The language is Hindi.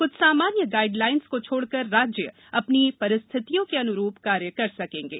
कृछ सामान्य गाईड लाईन्स को छोड़कर राज्य अपनी परिस्थितियों के अन्रूप कार्य कर सकेंगे